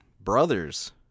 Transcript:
Brothers